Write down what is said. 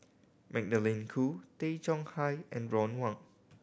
Magdalene Khoo Tay Chong Hai and Ron Wong